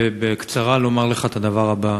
ובקצרה לומר לך את הדבר הבא: